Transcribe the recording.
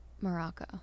Morocco